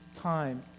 time